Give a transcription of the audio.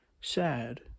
sad